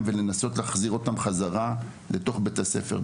ולנסות להחזיר אותם בחזרה לתוך בית הספר.